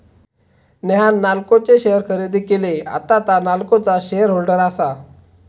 नेहान नाल्को चे शेअर खरेदी केले, आता तां नाल्कोचा शेअर होल्डर आसा